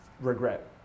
regret